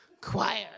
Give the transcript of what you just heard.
choir